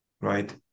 right